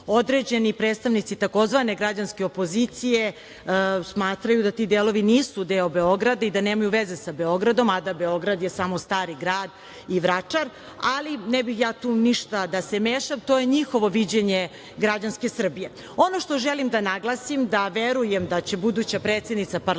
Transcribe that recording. određeni predstavnici tzv. građanske opozicije smatraju da ti delovi nisu deo Beograda i da nemaju veze sa Beogradom, a da je Beograd samo Stari grad i Vračar, ali ne bih ja tu ništa da se mešam, to je njihovo viđenje građanske Srbije. Ono što želim da naglasim da verujem da će buduća predsednica parlamenta,